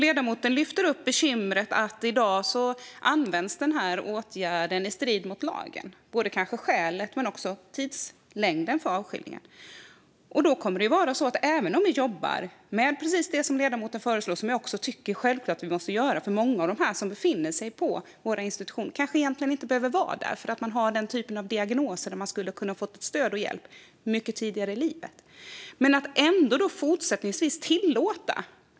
Ledamoten lyfter upp det faktum att åtgärden i dag används i strid med lagen. Det handlar kanske om både skäl och tidslängd för avskiljningen. Men även om vi jobbar med precis det som ledamoten föreslår, något som också jag självklart tycker ska göras, hjälper det inte. Om man tillåter medarbetare att använda sig av avskiljning vid situationer där de kanske inte är på topp gör det att det kommer att fortsätta även framöver.